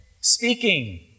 speaking